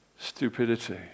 Stupidity